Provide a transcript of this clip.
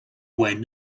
wynn